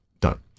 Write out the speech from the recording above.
done